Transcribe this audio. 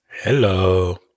Hello